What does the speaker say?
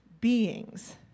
beings